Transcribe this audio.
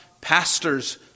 pastors